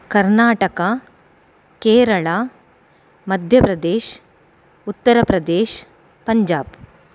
Karnataka Kerala Madhya Pradesh Uttar Pradesh Punjab